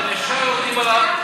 אתם ישר יורדים עליו,